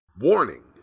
Warning